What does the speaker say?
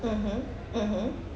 mmhmm mmhmm